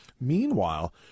Meanwhile